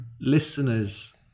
Listeners